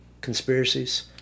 conspiracies